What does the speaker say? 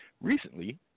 recently